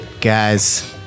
guys